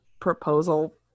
proposal